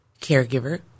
Caregiver